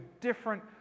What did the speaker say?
different